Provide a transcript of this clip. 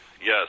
Yes